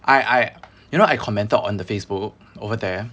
I I you know I commented on the facebook over there